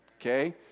okay